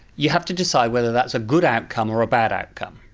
you have to decide whether that's a good outcome or a bad outcome.